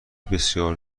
بسیار